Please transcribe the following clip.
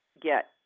get